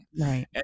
right